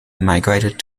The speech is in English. migrated